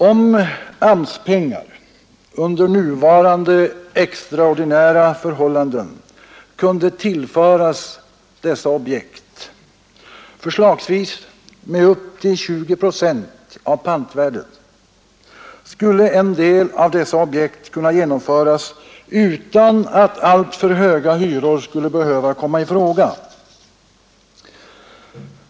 Om AMS-pengar under nuvarande extraordinära förhållanden kunde tillföras dessa objekt, förslagsvis med upp till 20 procent av pantvärdet, skulle en del av objekten kunna genomföras utan att alltför höga hyror skulle behöva ifrågakomma.